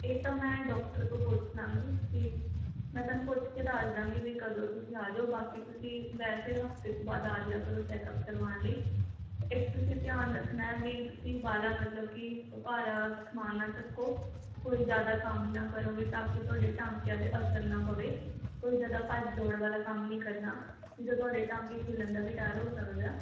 ਇਹ ਤਾਂ ਮੈਂ ਡਾਕਟਰ ਤੋਂ ਪੁੱਛ ਲਵਾਂਗੀ ਤੁਸੀਂ ਮੈਂ ਤੁਹਾਨੂੰ ਪੁੱਛ ਕੇ ਦੱਸ ਦਵਾਂਗੀ ਵੀ ਕਦੋਂ ਤੁਸੀਂ ਆ ਜਾਉ ਬਾਕੀ ਤੁਸੀਂ ਵੈਸੇ ਹਫ਼ਤੇ ਕੁ ਬਾਅਦ ਆ ਜਾਇਆ ਕਰੋ ਚੈੱਕਅਪ ਕਰਵਾਉਣ ਲਈ ਇੱਕ ਤੁਸੀਂ ਧਿਆਨ ਰੱਖਣਾ ਹੈ ਵੀ ਤੁਸੀਂ ਬਾਹਲਾ ਮਤਲਬ ਕਿ ਭਾਰਾ ਸਮਾਨ ਨਾ ਚੁੱਕੋ ਕੋਈ ਜ਼ਿਆਦਾ ਕੰਮ ਨਾ ਕਰੋ ਵੀ ਤਾਂ ਕਿ ਤੁਹਾਡੇ ਟਾਂਕਿਆਂ 'ਤੇ ਅਸਰ ਨਾ ਪਵੇ ਕੋਈ ਜ਼ਿਆਦਾ ਭੱਜ ਦੌੜ ਵਾਲਾ ਕੰਮ ਨਹੀਂ ਕਰਨਾ ਨਹੀਂ ਤਾਂ ਤੁਹਾਡੇ ਟਾਂਕੇ ਖੁੱਲ੍ਹਣ ਦਾ ਵੀ ਡਰ ਹੋ ਸਕਦਾ